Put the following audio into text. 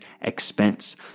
expense